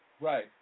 right